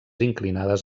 inclinades